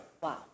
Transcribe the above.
Wow